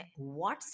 WhatsApp